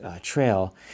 trail